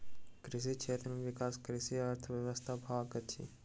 कृषि क्षेत्र में विकास कृषि अर्थशास्त्रक भाग अछि